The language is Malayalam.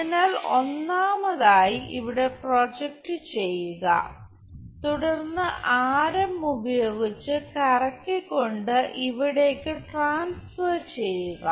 അതിനാൽ ഒന്നാമതായി ഇവിടെ പ്രോജക്റ്റ് ചെയ്യുക തുടർന്ന് ആരം ഉപയോഗിച്ച് കറക്കിക്കൊണ്ട് ഇവിടേയ്ക്ക് ട്രാൻസ്ഫർ ചെയ്യുക